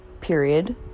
period